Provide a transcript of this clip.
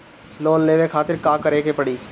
Loan लेवे खातिर का करे के पड़ी?